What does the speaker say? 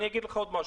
אגיד עוד משהו,